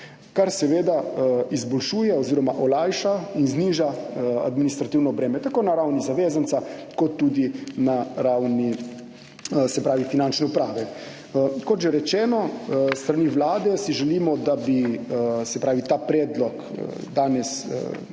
kar seveda izboljšuje oziroma olajša in zniža administrativno breme, tako na ravni zavezanca kot tudi na ravni Finančne uprave. Kot že rečeno, na Vladi si želimo, da bi ta predlog danes